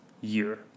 year